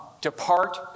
depart